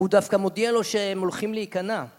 הוא דווקא מודיע לו שהם הולכים להיכנע.